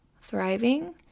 thriving